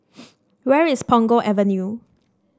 where is Punggol Avenue